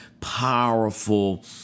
powerful